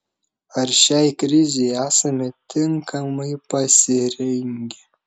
ar šiai krizei esame tinkamai pasirengę